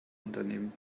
unternehmen